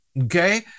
okay